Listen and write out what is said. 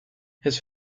his